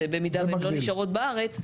במידה והן לא נשארות בארץ,